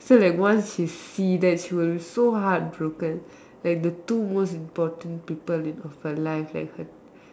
so like once she see then she will so heart broken like the two most important people in of her life like her